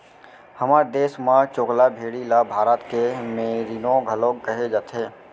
हमर देस म चोकला भेड़ी ल भारत के मेरीनो घलौक कहे जाथे